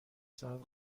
ساعت